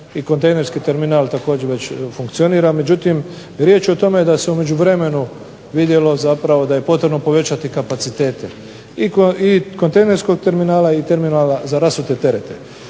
i kontejnerski terminal također već funkcionira, međutim riječ je o tome da se u međuvremenu vidjelo zapravo da je potrebno povećati kapacitete i kontejnerskog terminala i terminala za rasute terete.